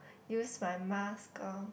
use my mask lor